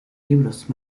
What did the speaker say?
libros